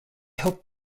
hope